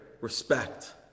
respect